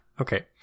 Okay